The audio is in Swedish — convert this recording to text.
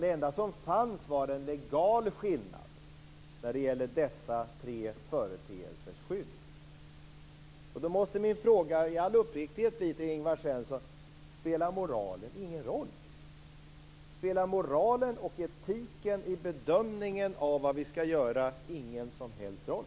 Det enda som finns är en legal skillnad när det gäller dessa tre företeelsers skydd. Men då blir min fråga i all uppriktighet till Ingvar Svensson: Spelar moralen ingen roll? Spelar moralen och etiken i bedömningen av vad vi skall göra ingen som helst roll?